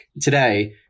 today